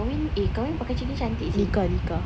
kahwin eh kahwin pakai gini cantik seh